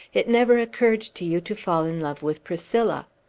it never occurred to you to fall in love with priscilla.